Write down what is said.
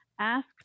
ask